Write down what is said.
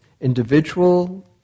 individual